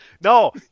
No